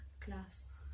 class